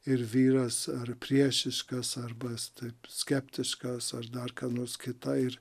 ir vyras ar priešiškas arba taip skeptiškas ar dar ką nors kita ir